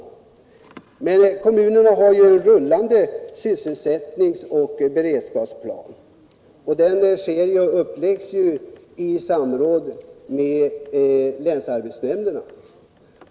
Men kommunerna har ju rullande sysselsättningsoch beredskapsplaner, och de uppläggs i samråd med länsarbetsnämnderna.